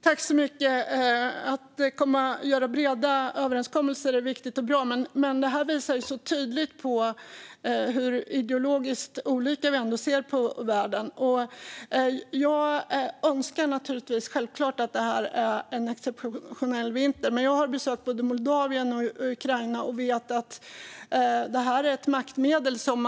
Fru talman! Att göra breda överenskommelser är viktigt och bra, men det här visar tydligt hur ideologiskt olika vi ser på världen. Jag önskar självklart att det här är en exceptionell vinter. Men jag har besökt både Moldavien och Ukraina och vet att det här är ett maktmedel.